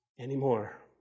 anymore